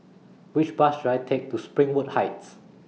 Which Bus should I Take to Springwood Heights